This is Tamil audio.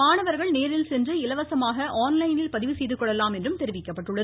மாணவர்கள் நேரில் இலவசமாக ஆன்லைனில் பதிவு செய்துகொள்ளலாம் என்றும் தெரிவிக்கப்பட்டுள்ளது